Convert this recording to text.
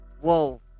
whoa